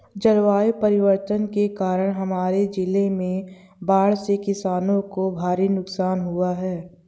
जलवायु परिवर्तन के कारण हमारे जिले में बाढ़ से किसानों को भारी नुकसान हुआ है